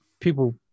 people